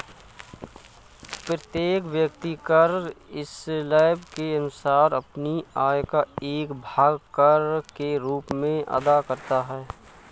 प्रत्येक व्यक्ति कर स्लैब के अनुसार अपनी आय का एक भाग कर के रूप में अदा करता है